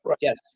Yes